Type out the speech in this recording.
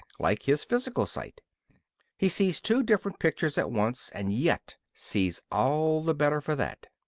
like his physical sight he sees two different pictures at once and yet sees all the better for that.